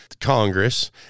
Congress